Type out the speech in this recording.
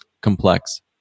complex